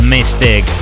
Mystic